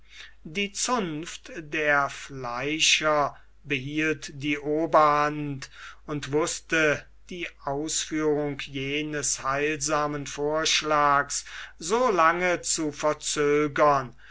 die zunft der fleischer behielt die oberhand und wußte die ausführung jenes heilsamen vorschlags so lange zu verzögern